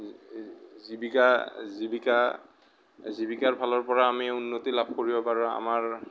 জীৱিকা জীৱিকা জীৱিকাৰ ফালৰ পৰা আমি উন্নতি লাভ কৰিব পাৰোঁ আমাৰ